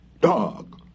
Dog